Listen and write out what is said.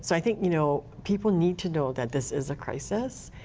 so i think you know, people need to know that this is a crisis.